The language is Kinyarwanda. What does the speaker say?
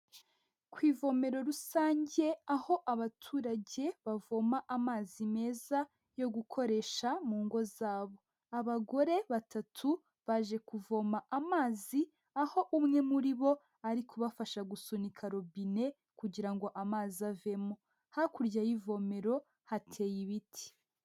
Ku ivomero rusange aho abaturage bavoma amazi meza yo gukoresha mu ngo zabo. Abagore batatu baje kuvoma amazi, aho umwe muri bo ari kubafasha gusunika robine kugira ngo amazi avemo, hakurya y'ivomero hateye ibiti.